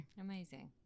Amazing